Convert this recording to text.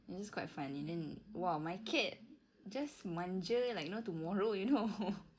it's just quite funny then !wah! my cat just manja like you know no tomorrow you know